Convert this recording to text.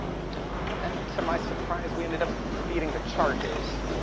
and to my surprise, we ended up beating the charges.